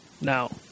now